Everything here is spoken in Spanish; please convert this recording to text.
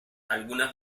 algunas